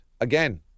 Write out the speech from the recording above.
again